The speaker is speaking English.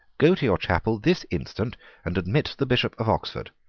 go to your chapel this instant and admit the bishop of oxford.